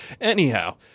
anyhow